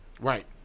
Right